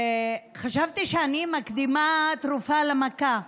חשבתי שאני מקדימה תרופה למכה,